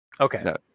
Okay